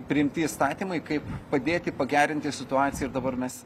priimti įstatymai kaip padėti pagerinti situaciją ir dabar mes